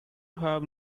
have